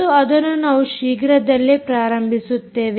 ಮತ್ತು ಅದನ್ನು ನಾವು ಶೀಘ್ರದಲ್ಲೇ ಪ್ರಾರಂಭಿಸುತ್ತೇವೆ